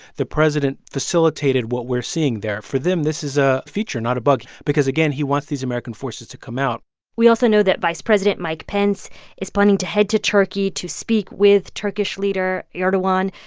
the president facilitated what we're seeing there. for them, this is a feature, not a bug, because again, he wants these american forces to come out we also know that vice president mike pence is planning to head to turkey to speak with turkish leader erdogan.